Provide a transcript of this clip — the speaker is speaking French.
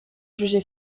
jugé